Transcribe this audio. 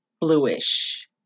bluish